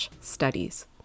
studies